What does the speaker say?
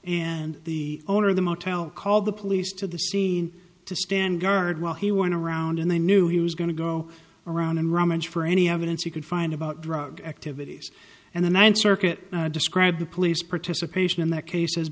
and the owner of the motel called the police to the scene to stand guard while he went around and they knew he was going to go around and rummage for any evidence he could find about drug activities and the ninth circuit described the police participation in that case as